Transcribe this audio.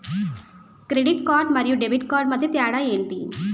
Credit card మరియు debit card మధ్య తేడా ఎంటి?